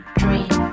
dream